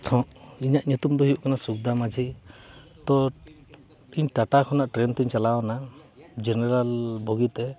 ᱛᱷᱚ ᱤᱧᱟᱹᱜ ᱧᱩᱛᱩᱢ ᱫᱚ ᱦᱩᱭᱩᱜ ᱠᱟᱱᱟ ᱥᱩᱠᱫᱟᱹ ᱢᱟᱹᱡᱷᱤ ᱛᱚ ᱤᱧ ᱴᱟᱴᱟ ᱠᱷᱚᱱᱟᱜ ᱴᱨᱮᱹᱱ ᱛᱮᱧ ᱪᱟᱞᱟᱣᱮᱱᱟ ᱡᱮᱱᱟᱨᱮᱞ ᱵᱳᱜᱤᱛᱮ